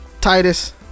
Titus